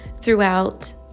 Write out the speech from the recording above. throughout